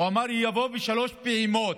הוא אמר: יבוא בשלוש פעימות.